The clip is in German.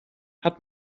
hat